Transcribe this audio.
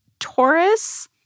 Taurus